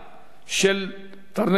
של תרנגולות,